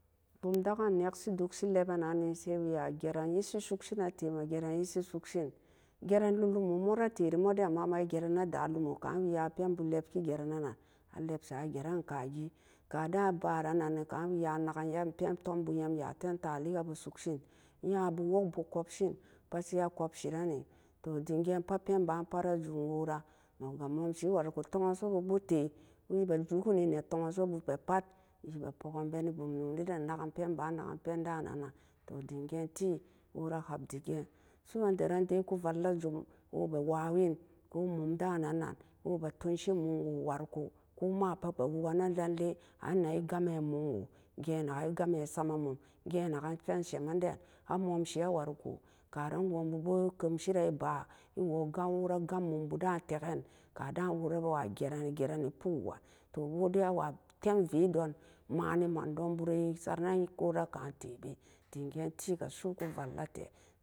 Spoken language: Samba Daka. Bom dake'an e naksi sai wee a jeran isi sok sen nee tee a jeran isi sok sen jeran e lomo moo ree tee mu den wee ma jeren ne da lomo kan wee a pen boo lep ke jare ne nan a lep sa jeran ka gee karan a ba'an wobe ta'a leka bu sok sen woki bu kumsen pat sai a kub see e nee dem ga'an pat penan pat bee jum wora nong ga momsi wariko to'ansoobube tee we bee jukeen nee na'a ton g'an so boo ga pat we be pokin e bom noni den naken pen ban naken pen da nan nan toh dem gee tee wora ab de gee'an su'ua ndaran ku valla jum wobe wawan woo mun da nan nan woo be tonsa mum woo wari koo, ko ma pat be woke nee nan lee an nee gam mee mum woo gee naken e gam bee sama mum gee naken pen same n den a momsiteree wari ko karan gon bu boo keuse ree baa e woo wora gam mum bu dan taakeen ga da wora bewa garan garan nee pok woojan toh woo dai a wa tem veedon ma nee man don bureesa ren nen koo ree kan tebe dim ga'an teega su'u ku valla tee.